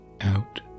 out